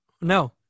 no